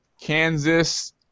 Kansas